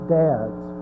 dads